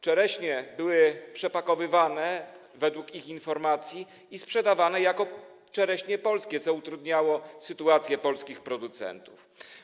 Czereśnie były przepakowywane, według ich informacji, i sprzedawane jako polskie czereśnie, co utrudniało sytuację polskich producentów.